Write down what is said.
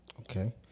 Okay